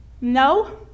No